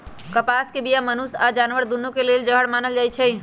कपास के बीया मनुष्य आऽ जानवर दुन्नों के लेल जहर मानल जाई छै